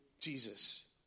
Jesus